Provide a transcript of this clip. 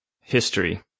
history